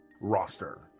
roster